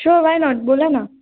sure why not बोला ना